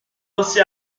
pensé